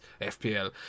FPL